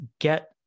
get